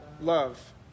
love